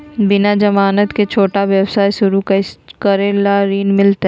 बिना जमानत के, छोटा व्यवसाय शुरू करे ला ऋण मिलतई?